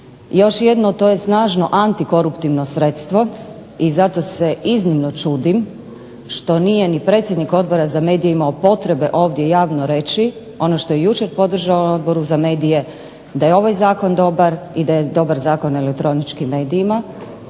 Još jedno, to je snažno antikoruptivno sredstvo i zato se iznimno čudim što nije ni predsjednik Odbora za medije imao potrebe ovdje javno reći ono što je jučer podržao na Odboru za medije, da je ovaj zakon dobar i da je dobar Zakon o elektroničkim medijima.